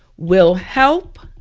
will help